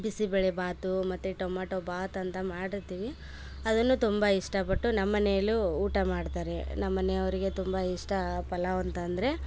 ಬಿಸಿ ಬೆಳೆ ಬಾತೂ ಮತ್ತು ಟೊಮಾಟೊ ಬಾತಂತ ಮಾಡಿರ್ತೀವಿ ಅದನ್ನು ತುಂಬ ಇಷ್ಟಪಟ್ಟು ನಮ್ಮನೆಯಲ್ಲೂ ಊಟ ಮಾಡ್ತಾರೆ ನಮ್ಮನೆಯವರಿಗೆ ತುಂಬಾ ಇಷ್ಟ ಪಲಾವು ಅಂತಂದರೆ